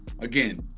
Again